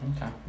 Okay